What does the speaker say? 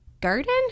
garden